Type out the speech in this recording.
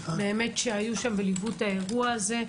שהיו שם וליוו את האירוע הזה,